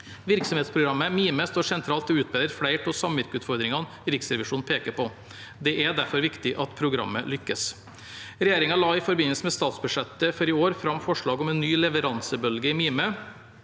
Virksomhetsprogrammet Mime står sentralt i å utbedre flere av samvirkeutfordringene Riksrevisjonen peker på. Det er derfor viktig at programmet lykkes. Regjeringen la i forbindelse med statsbudsjettet for i år fram forslag om en ny leveransebølge i Mime